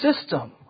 system